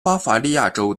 巴伐利亚州